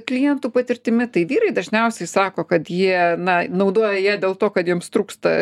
klientų patirtimi tai vyrai dažniausiai sako kad jie na naudoja ją dėl to kad jiems trūksta